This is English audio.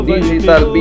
Digital